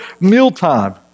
mealtime